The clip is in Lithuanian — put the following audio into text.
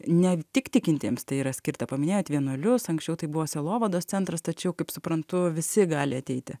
ne tik tikintiems tai yra skirta paminėjot vienuolius anksčiau tai buvo sielovados centras tačiau kaip suprantu visi gali ateiti